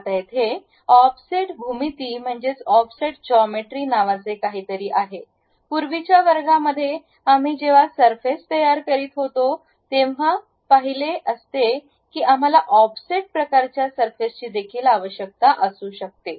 आता येथे ऑफसेट भूमिती म्हणतेस ऑफसेट जॉमेट्री नावाचे काहीतरी आहे पूर्वीच्या वर्गांमध्ये आम्ही जेव्हा सरफेस तयार करीत होतो तेव्हा पाहिले असते की आम्हाला ऑफसेट प्रकारच्या सरफेसची देखील आवश्यकता असू शकते